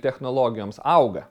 technologijoms auga